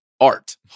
Art